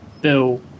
Bill